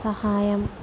సహాయం